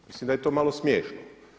Mislim da je to malo smiješno.